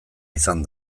izan